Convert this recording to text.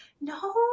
no